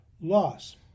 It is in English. loss